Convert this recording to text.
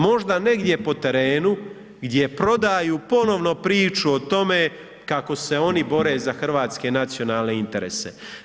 Možda negdje po terenu gdje prodaju ponovno priču o tome kako se oni bore za hrvatske nacionalne interese.